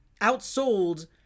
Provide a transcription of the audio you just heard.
outsold